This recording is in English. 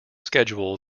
schedule